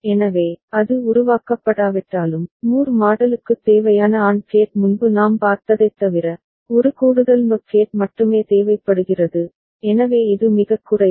எனவே அது உருவாக்கப்படாவிட்டாலும் மூர் மாடலுக்குத் தேவையான AND கேட் முன்பு நாம் பார்த்ததைத் தவிர ஒரு கூடுதல் NOT கேட் மட்டுமே தேவைப்படுகிறது எனவே இது மிகக் குறைவு